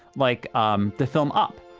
like, um the film up.